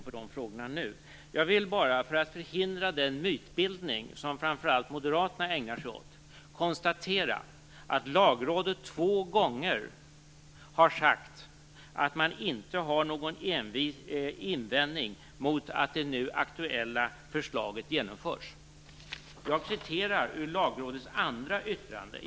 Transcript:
Fru talman! Det är många detaljfrågor som jag av tidsskäl inte kommer att besvara. Dessutom kommer frågan om själva den föreslagna lagstiftningen att diskuteras senare här i kammaren, och jag kommer inte att gå in på de frågorna nu. Jag vill bara, för att förhindra den mytbildning som framför allt Moderaterna ägnar sig åt, konstatera att Lagrådet två gånger har sagt att man inte har någon invändning mot att det nu aktuella förslaget genomförs.